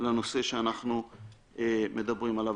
לנושא שאנחנו מדברים עליו.